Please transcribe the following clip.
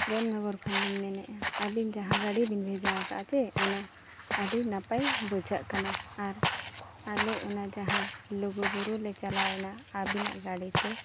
ᱯᱨᱮᱢᱱᱚᱜᱚᱨ ᱠᱷᱚᱱᱞᱤᱧ ᱢᱮᱱᱮᱫᱼᱟ ᱟᱹᱵᱤᱱ ᱡᱟᱦᱟᱸ ᱜᱟᱹᱰᱤ ᱵᱤᱱ ᱵᱷᱮᱡᱟ ᱠᱟᱫᱼᱟ ᱪᱮ ᱚᱱᱟ ᱟᱹᱰᱤ ᱱᱟᱯᱟᱭ ᱵᱩᱡᱷᱟᱹᱜ ᱠᱟᱱᱟ ᱟᱨ ᱟᱞᱮᱚᱱᱟ ᱡᱟᱦᱟᱸ ᱞᱩᱜᱩᱵᱩᱨᱩ ᱞᱮ ᱪᱟᱞᱟᱣᱮᱱᱟ ᱟᱹᱵᱤᱱᱟᱜ ᱜᱟᱹᱰᱤᱛᱮ